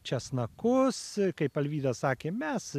česnakus kaip alvyda sakė mes